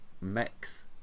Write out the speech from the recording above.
mix